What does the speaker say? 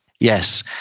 Yes